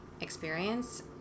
experience